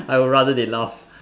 I would rather they laugh